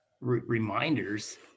reminders